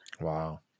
Wow